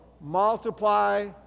multiply